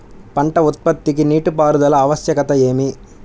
పంట ఉత్పత్తికి నీటిపారుదల ఆవశ్యకత ఏమి?